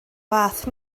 fath